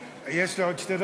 יש לי עוד שתי דקות.